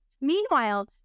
Meanwhile